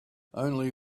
only